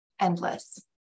endless